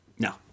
No